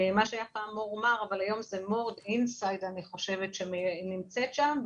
מה שהיה פעם מור מאר אבל היום זה אני חושבת שהיא נמצאת שם,